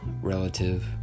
relative